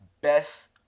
best